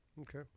okay